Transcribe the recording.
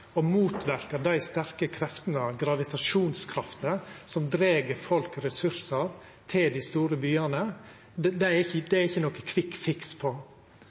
å motverka dei sterke kreftene, gravitasjonskrafta, som dreg folk og ressursar til dei store byane, er det ikkje nokon kvikkfiks for. Når Venstre har vore ein pådrivar og har støtta ei kommunereform, ei regionreform, er